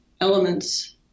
elements